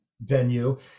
venue